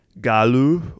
galu